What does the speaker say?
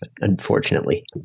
unfortunately